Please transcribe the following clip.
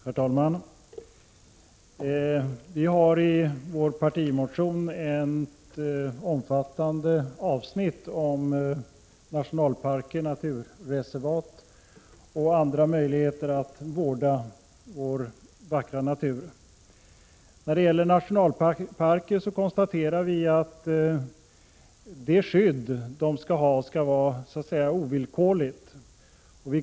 Herr talman! Vi har i den moderata partimotionen ett omfattande avsnitt om nationalparker, naturreservat och andra möjligheter att vårda vår vackra natur. När det gäller nationalparker konstaterar vi att det skydd som de skall ha skall vara ovillkorligt.